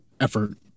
effort